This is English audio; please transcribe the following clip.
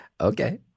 Okay